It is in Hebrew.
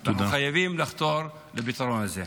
אנחנו חייבים לחתור לפתרון הזה.